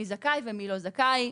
מי זכאי ומי לא זכאי.